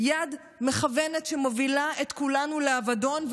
יד מכוונת שמובילה את כולנו לאבדון,